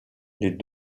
les